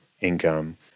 income